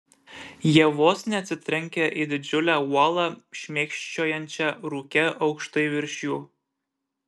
jie vos neatsitrenkė į didžiulę uolą šmėkščiojančią rūke aukštai virš jų